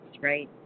right